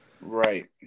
Right